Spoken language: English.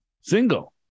single